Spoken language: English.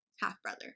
half-brother